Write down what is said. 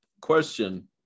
question